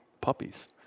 puppies